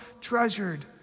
treasured